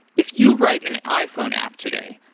if you write an iphone app today,